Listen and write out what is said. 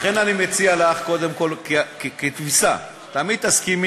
לכן אני מציע לך, קודם כול כתפיסה, תמיד תסכימי.